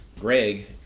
greg